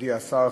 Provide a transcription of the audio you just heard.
מכובדי השר,